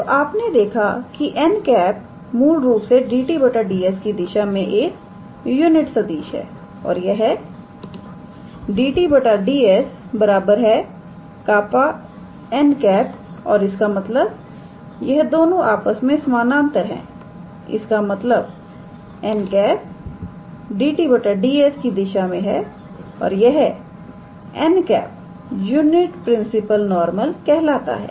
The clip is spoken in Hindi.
तो आपने देखा के 𝑛̂ मूल रूप से 𝑑𝑡 𝑑𝑠 की दिशा में एक यूनिट सदिश है और यह 𝑑𝑡 𝑑𝑠 𝜅𝑛̂ और इसका मतलब यह दोनों आपस में समानांतर है इसका मतलब 𝑛̂ 𝑑𝑡 𝑑𝑠 की दिशा में है और यह 𝑛̂ यूनिट प्रिंसिपल नॉर्मल कहलाता है